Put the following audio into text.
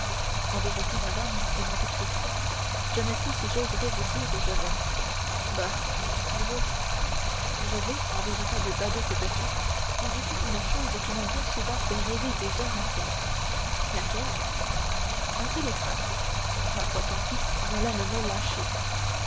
en vérité madame dit monte cristo je ne sais si j'oserai vous dire où je vais bah dites toujours je vais en véritable badaud que je suis visiter une chose qui m'a bien souvent fait rêver des heures entières laquelle un télégraphe ma foi tant pis voilà le mot lâché